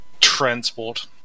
Transport